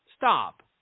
Stop